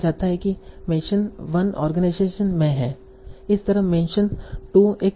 इसी तरह मेंशन 2 एक पर्सन है